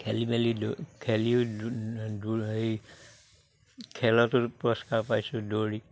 খেলি মেলি খেলিও সেই খেলটো পুৰস্কাৰ পাইছোঁ দৌৰি